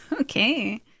Okay